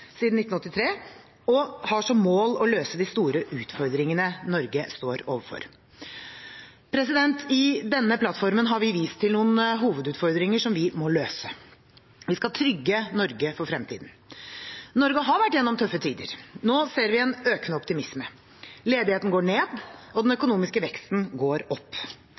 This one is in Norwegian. siden 1983, og som har som mål å løse de store utfordringene Norge står overfor. I denne plattformen har vi vist til noen hovedutfordringer som vi må løse. Vi skal trygge Norge for fremtiden. Norge har vært gjennom tøffe tider. Nå ser vi en økende optimisme. Ledigheten går ned, og den økonomiske veksten går opp.